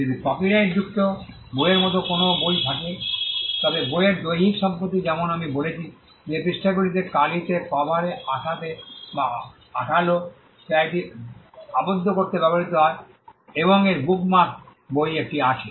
যদি কপিরাইটযুক্ত বইয়ের মতো কোনও বই থাকে তবে বইয়ের দৈহিক সম্পত্তি যেমন আমি বলেছি যে পৃষ্ঠাগুলিতে কালিতে কভারে আঠাতে বা আঠালো যা এটি আবদ্ধ করতে ব্যবহৃত হয় এবং এর বুকমার্কে বই একটি আছে